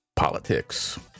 Politics